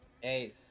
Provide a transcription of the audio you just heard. hey